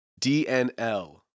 DNL